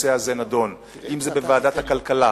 אם בוועדת הכלכלה,